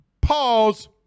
Pause